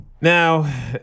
Now